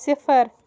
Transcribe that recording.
صِفر